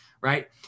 right